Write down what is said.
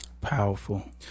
Powerful